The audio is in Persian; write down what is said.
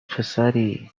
پسری